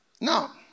Now